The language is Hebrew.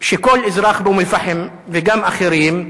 שכל אזרח באום-אל-פחם, וגם אחרים,